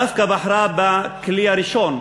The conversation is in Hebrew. דווקא בחרה בכלי הראשון: